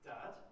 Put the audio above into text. Dad